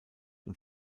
und